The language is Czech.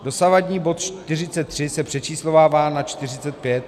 Dosavadní bod 43 se přečíslovává na 45.